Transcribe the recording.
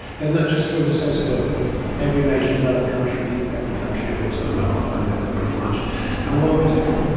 then not just solis's to every major developed country, every country. everyone's got a mobile phone now. pretty much who always. okay.